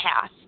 path